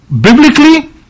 Biblically